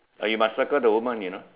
oh you must circle the woman you know